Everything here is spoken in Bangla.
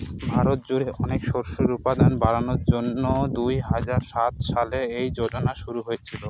ভারত জুড়ে অনেক শস্যের উৎপাদন বাড়ানোর জন্যে দুই হাজার সাত সালে এই যোজনা শুরু হয়েছিল